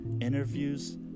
interviews